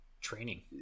training